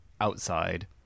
outside